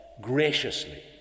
graciously